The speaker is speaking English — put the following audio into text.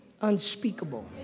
unspeakable